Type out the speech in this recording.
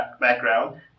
background